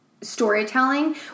storytelling